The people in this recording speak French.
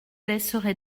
laisserai